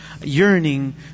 yearning